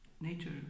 nature